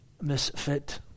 misfit